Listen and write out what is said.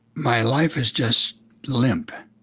my life is just limp.